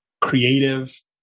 creative